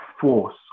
force